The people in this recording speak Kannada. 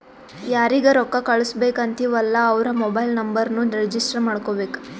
ಯಾರಿಗ ರೊಕ್ಕಾ ಕಳ್ಸುಬೇಕ್ ಅಂತಿವ್ ಅಲ್ಲಾ ಅವ್ರ ಮೊಬೈಲ್ ನುಂಬರ್ನು ರಿಜಿಸ್ಟರ್ ಮಾಡ್ಕೋಬೇಕ್